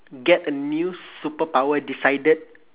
get a new superpower decided